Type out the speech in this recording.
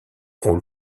ont